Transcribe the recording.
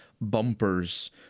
bumpers